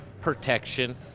Protection